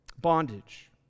bondage